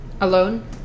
Alone